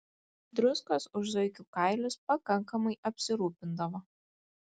druskos už zuikių kailius pakankamai apsirūpindavo